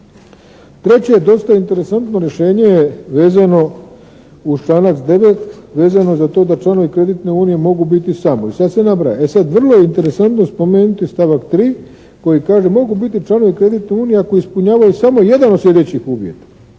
Treće je dosta interesantno rješenje vezano uz članak 9. vezano za to da članovi kreditne unije mogu biti samo i sad se nabraja. E sad vrlo je interesantno spomenuti stavak 3. koji kaže, mogu biti članovi kreditne unije ako ispunjavaju samo jedan od sljedećih uvjeta.